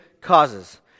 causes